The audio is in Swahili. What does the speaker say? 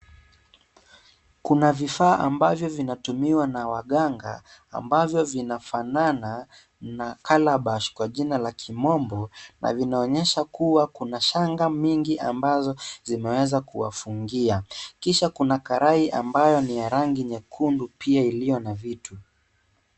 Kuna vifaa ambayo vinatumiwa na waganga ambavyo vinafanana na calabash kwa jina la kimombo na vinaonyesha kuwa kuna shanga mingi ambazo zimeweza kuwafungia. Kisha kuna karai ambayo ni ya rangi nyekundi pia iliyo na vitu.